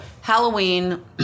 Halloween